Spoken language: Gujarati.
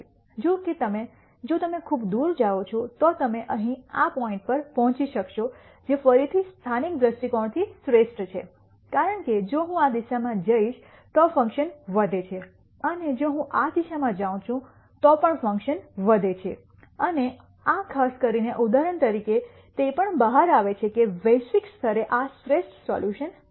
જો કે જો તમે ખૂબ દૂર જાઓ છો તો તમે અહીં આ પોઇન્ટ પર પહોંચી શકશો જે ફરીથી સ્થાનિક દ્રષ્ટિકોણથી શ્રેષ્ઠ છે કારણ કે જો હું આ દિશામાં જઈશ તો ફંકશન વધે છે અને જો હું આ દિશામાં જઉં છું તો પણ ફંકશન વધે છે અને આ ખાસ કરીને ઉદાહરણ તરીકે તે પણ બહાર આવે છે કે વૈશ્વિક સ્તરે આ શ્રેષ્ઠ સોલ્યુશન છે